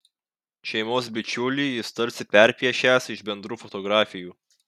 šeimos bičiulį jis tarsi perpiešęs iš bendrų fotografijų